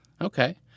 Okay